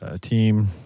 Team